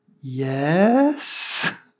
Yes